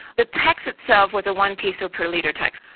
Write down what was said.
the tax itself was a one peso per litre tax,